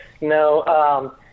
no